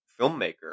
filmmaker